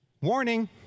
warning